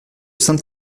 sainte